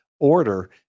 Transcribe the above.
order